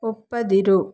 ಒಪ್ಪದಿರು